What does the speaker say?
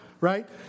right